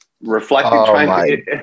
Reflecting